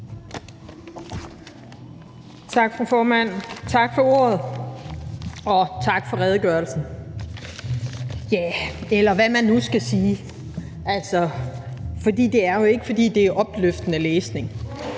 Tak, fru formand. Tak for ordet, og tak for redegørelsen, eller hvad man nu skal sige, for det er jo ikke, fordi det er opløftende læsning.